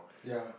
ya